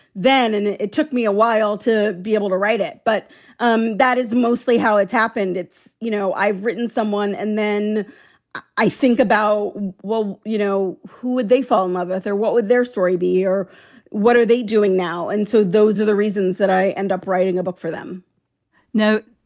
then and it it took me a while to be able to write it. but um that is mostly how it's happened. it's you know, i've written someone and then i think about, well, you know, who would they fall in love with or what would their story be or what are they doing now? and so those are the reasons that i end up writing a book for them now.